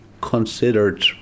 considered